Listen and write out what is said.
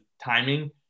timing –